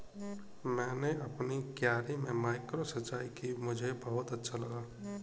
मैंने अपनी क्यारी में माइक्रो सिंचाई की मुझे बहुत अच्छा लगा